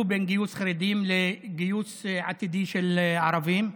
בין גיוס חרדים לגיוס עתידי של ערבים.